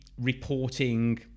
reporting